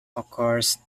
occurs